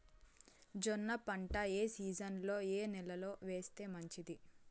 జొన్న పంట ఏ సీజన్లో, ఏ నెల లో వేస్తే మంచిది?